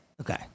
Okay